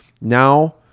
Now